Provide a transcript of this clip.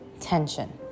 tension